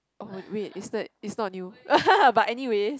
oh wait is that it's not new but anyways